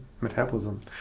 metabolism